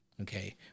Okay